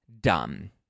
Dumb